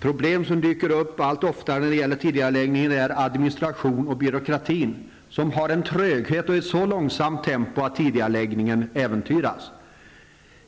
Problem som dyker upp allt oftare när det gäller tidigareläggning av projekt är administrationen och byråkatin. Trögheten är stor och arbetet går i så långsamt tempo att tidigareläggningar äventyras.